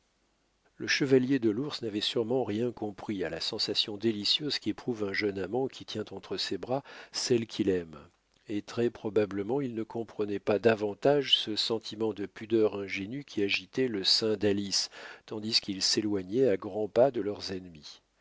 le chevalier de l'ours n'avait sûrement rien compris à la sensation délicieuse qu'éprouve un jeune amant qui tient entre ses bras celle qu'il aime et très probablement il ne comprenait pas davantage ce sentiment de pudeur ingénue qui agitait le sein d'alice tandis qu'ils s'éloignaient à grands pas de leurs ennemis